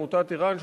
עמותת ער"ן,